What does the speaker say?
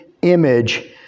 image